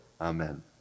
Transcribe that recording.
amen